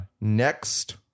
next